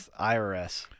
IRS